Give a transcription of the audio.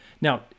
Now